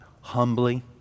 humbly